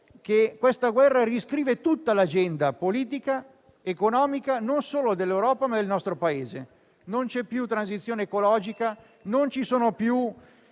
che questa guerra riscrive tutta l'agenda politica ed economica, non solo dell'Europa, ma del nostro Paese. Non c'è più la transizione ecologica, non ci sono più